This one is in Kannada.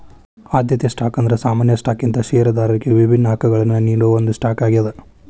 ಆದ್ಯತೆ ಸ್ಟಾಕ್ ಅಂದ್ರ ಸಾಮಾನ್ಯ ಸ್ಟಾಕ್ಗಿಂತ ಷೇರದಾರರಿಗಿ ವಿಭಿನ್ನ ಹಕ್ಕಗಳನ್ನ ನೇಡೋ ಒಂದ್ ಸ್ಟಾಕ್ ಆಗ್ಯಾದ